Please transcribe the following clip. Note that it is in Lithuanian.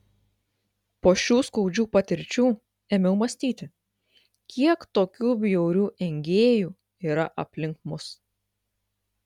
po šių skaudžių patirčių ėmiau mąstyti kiek tokių bjaurių engėjų yra aplink mus